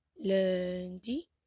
Lundi